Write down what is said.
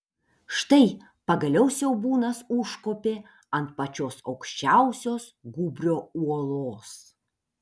štai pagaliau siaubūnas užkopė ant pačios aukščiausios gūbrio uolos